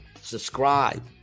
Subscribe